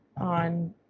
on